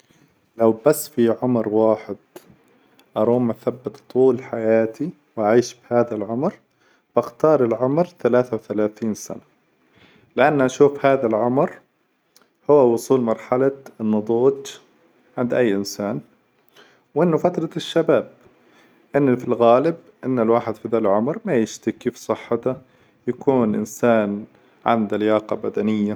لو بس في عمر واحد أروم أثبته طول حياتي وأعيش بهذا العمر، باختار العمر ثلاثة و ثلاثين سنة، لأن أشوف هذا العمر هو وصول مرحلة النظوج عند أي إنسان، وأنه فترة الشباب، إنه في الغالب إن الواحد في ذلك العمر ما يشتكي في صحته، يكون إنسان عنده لياقة بدنية.